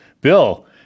Bill